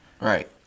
Right